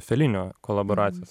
felinio kolaboracijos